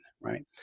right